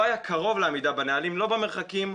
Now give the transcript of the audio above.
לא היה קרוב לעמידה בנהלים לא במרחקים,